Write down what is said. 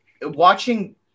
watching